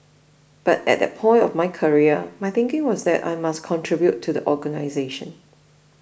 but at that point of my career my thinking was that I must contribute to the organisation